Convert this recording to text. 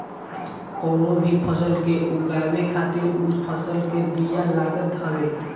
कवनो भी फसल के उगावे खातिर उ फसल के बिया लागत हवे